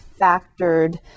factored